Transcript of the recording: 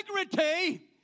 integrity